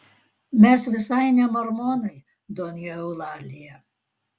mes visai ne mormonai donja eulalija